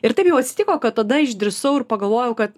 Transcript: ir taip jau atsitiko kad tada išdrįsau ir pagalvojau kad